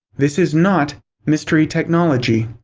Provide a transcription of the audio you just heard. this is not mystery technology.